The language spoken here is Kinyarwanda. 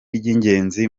ry’ingenzi